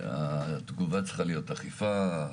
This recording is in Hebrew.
תגובה צריכה להיות אכיפה,